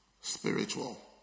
spiritual